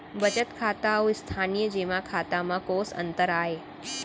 बचत खाता अऊ स्थानीय जेमा खाता में कोस अंतर आय?